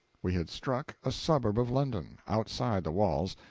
we had struck a suburb of london, outside the walls,